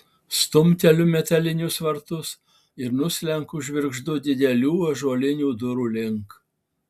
stumteliu metalinius vartus ir nuslenku žvirgždu didelių ąžuolinių durų link